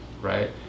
right